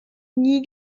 nie